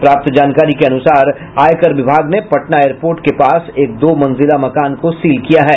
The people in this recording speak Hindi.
प्राप्त जानकारी के अनुसार आयकर विभाग ने पटना एयरपोर्ट के पास एक दो मंजिल मकान को सील किया है